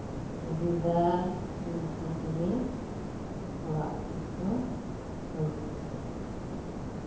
ᱥᱩᱵᱤᱫᱷᱟ ᱞᱮᱱᱠᱷᱟᱱ ᱜᱮ ᱚᱲᱟᱜ ᱛᱮᱠᱚ ᱟᱹᱜᱩᱭᱮᱭᱟ